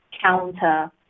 counter